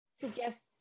suggest